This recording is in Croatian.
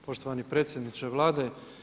Poštovani predsjedniče Vlade.